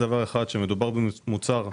שמדובר במוצר מזיק.